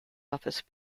office